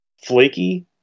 flaky